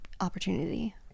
opportunity